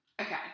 Okay